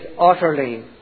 utterly